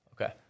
Okay